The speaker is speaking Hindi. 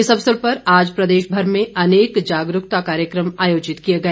इस अवसर पर आज प्रदेश भर में अनेक जागरूकता कार्यक्रम आयोजित किए गए